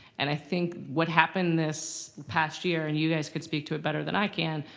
and i think what happened this past year, and you guys could speak to it better than i can,